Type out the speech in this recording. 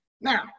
Now